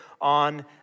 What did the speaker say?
on